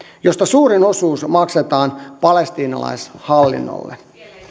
josta suurin osuus maksetaan palestiinalaishallinnolle